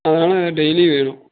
அதனால டெய்லி வேணும்